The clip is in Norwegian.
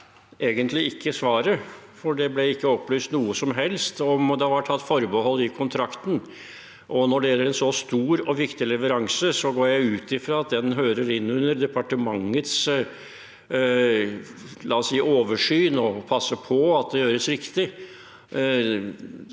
Jeg kan egentlig ikke takke for svaret, for det ble ikke opplyst noe som helst om hvorvidt det var tatt forbehold i kontrakten. Når det gjelder en så stor og viktig leveranse, går jeg ut fra at den hører inn under departementets oversyn med tanke på å passe på at det gjøres riktig.